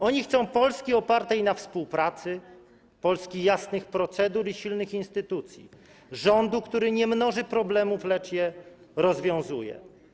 Oni chcą Polski opartej na współpracy, Polski jasnych procedur i silnych instytucji, rządu, który nie mnoży problemów, lecz je rozwiązuje.